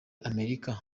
amerika